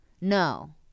No